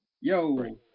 Yo